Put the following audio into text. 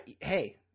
Hey